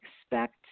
expect